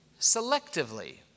selectively